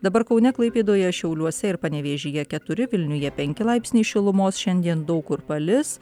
dabar kaune klaipėdoje šiauliuose ir panevėžyje keturi vilniuje penki laipsniai šilumos šiandien daug kur palis